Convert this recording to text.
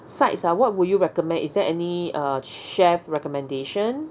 sides ah what would you recommend is there any uh chef's recommendation